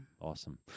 Awesome